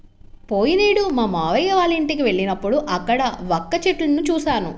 పోయినేడు మా మావయ్య వాళ్ళింటికి వెళ్ళినప్పుడు అక్కడ వక్క చెట్లను చూశాను